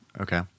Okay